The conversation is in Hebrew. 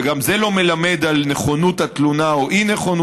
וגם זה לא מלמד על נכונות התלונה או אי-נכונותה,